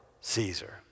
Caesar